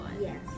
Yes